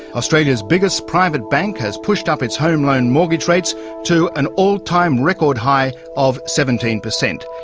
australia's biggest private bank has pushed up its home loan mortgage rates to an all-time record high of seventeen percent.